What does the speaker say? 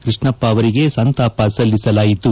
ಕೃಷ್ಣಪ್ಪ ಅವರಿಗೆ ಸಂತಾಪ ಸಲ್ಲಿಸಲಾಯಿತು